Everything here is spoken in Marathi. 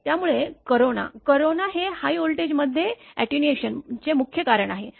त्यामुळे कोरोना कोरोना हे हाय व्होल्टेजमध्ये अॅटेन्युएशनचे मुख्य कारण आहे